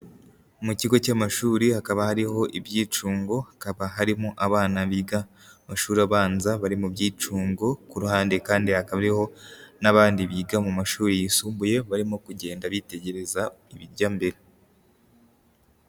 Mu kigo cy'amashuri, hakaba hariho ibyicungo, hakaba harimo abana biga amashuri abanza, bari mu byicungo, ku ruhande kandi hakaba hariho, n'abandi biga mu mashuri yisumbuye, barimo kugenda bitegereza ibijya mbere.